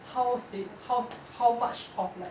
how sick how how much of like